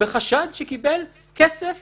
בחשד שקיבל כסף